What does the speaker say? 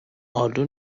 آلو